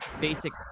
basic